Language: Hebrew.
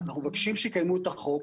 אנחנו מבקשים שיקימו את החוק.